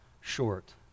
short